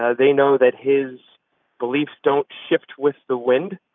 ah they know that his beliefs don't shift with the wind.